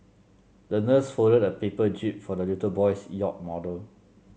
the nurse folded a paper jib for the little boy's yacht model